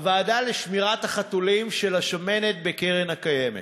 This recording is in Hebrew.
הוועדה לשמירת החתולים של השמנת בקרן קיימת.